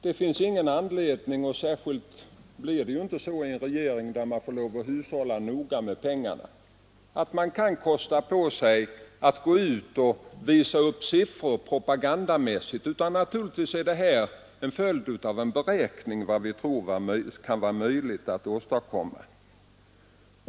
Regeringen får lov att hushålla noga med pengarna — vi kan inte kosta på oss att visa upp propagandamässiga siffror. De angivna beloppen är naturligtvis en beräkning av vad vi tror kan vara möjligt att åstadkomma.